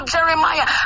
Jeremiah